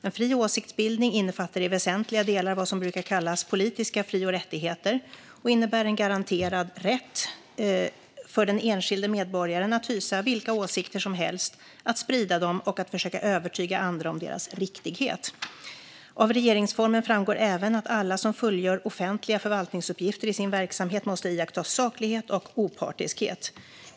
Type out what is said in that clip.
En fri åsiktsbildning innefattar i väsentliga delar vad som brukar kallas politiska fri och rättigheter och innebär en garanterad rätt för den enskilde medborgaren att hysa vilka åsikter som helst, att sprida dem och att försöka övertyga andra om deras riktighet. Av regeringsformen framgår även att alla som fullgör offentliga förvaltningsuppgifter i sin verksamhet måste iaktta saklighet och opartiskhet.